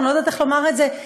או אני לא יודעת איך לומר את זה,